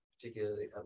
particularly